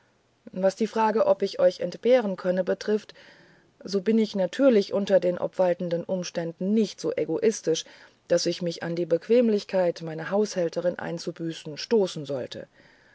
euchnützlichzumachen zurgroßenehregereicht wasdiefrage ob ich euch entbehren könne betrifft so bin ich natürlich unter den obwaltenden umständen nicht so egoistisch daß ich mich an die unbequemlichkeit meine haushälterineinzubüßen stoßensollte